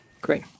Great